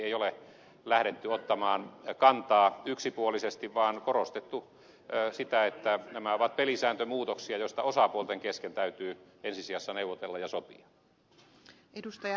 ei ole lähdetty ottamaan kantaa yksipuolisesti vaan korostettu sitä että nämä ovat pelisääntömuutoksia joista osapuolten kesken täytyy ensi sijassa neuvotella ja sopia